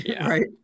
Right